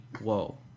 whoa